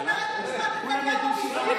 הוא היחיד שחשב שהיא לא מתאימה.